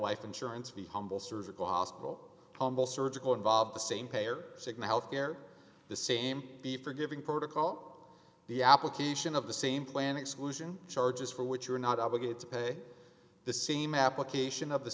life insurance be humble cervical hospital humble surgical involved the same pay or cigna health care the same the forgiving protocol the application of the same plan exclusion charges for which you are not obligated to pay the same application of the